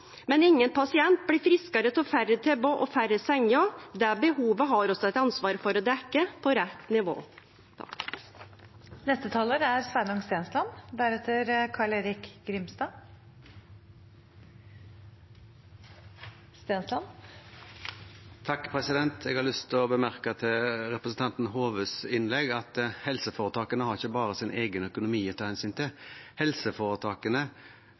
men ingen pasient blir friskare av færre tilbod og færre senger. Det behovet har vi eit ansvar for å dekkje – på rett nivå. Jeg har lyst til å bemerke til representanten Hoves innlegg at helseforetakene ikke bare har sin egen økonomi å ta hensyn til, helseforetakene